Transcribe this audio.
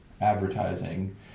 Advertising